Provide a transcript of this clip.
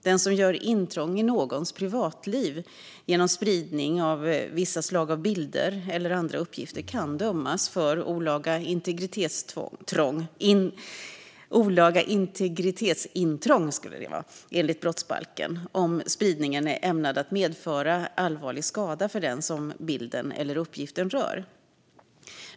Den som gör intrång i någons privatliv genom spridning av vissa slag av bilder eller andra uppgifter kan dömas för olaga integritetsintrång enligt brottsbalken om spridningen är ämnad att medföra allvarlig skada för den som bilden eller uppgiften rör.